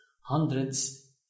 hundreds